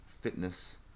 fitness